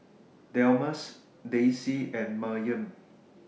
Delmus Daisye and Maryam